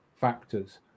factors